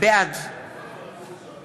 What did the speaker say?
בעד